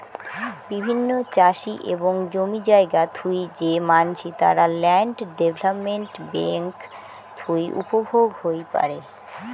বিভিন্ন চাষি এবং জমি জায়গা থুই যে মানসি, তারা ল্যান্ড ডেভেলপমেন্ট বেঙ্ক থুই উপভোগ হই পারে